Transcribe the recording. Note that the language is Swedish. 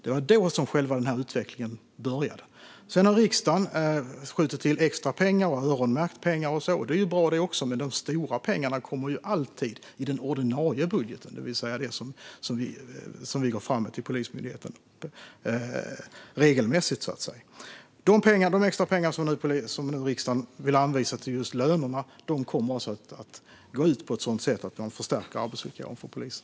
Det var då som själva den här utvecklingen började. Sedan har riksdagen skjutit till extra pengar och har öronmärkt pengar. Det är också bra, men de stora pengarna kommer alltid i den ordinarie budgeten, det vill säga det vi regelmässigt går fram med till Polismyndigheten. De pengar som riksdagen nu vill anvisa till just lönerna kommer att gå ut på ett sådant sätt att man förstärker arbetsvillkoren för polisen.